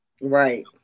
Right